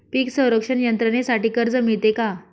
पीक संरक्षण यंत्रणेसाठी कर्ज मिळते का?